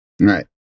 Right